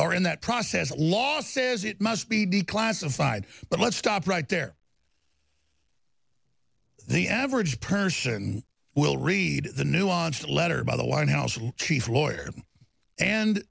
or in that process law says it must be declassified but let's stop right there the average person will read the nuance letter by the white house chief lawyer and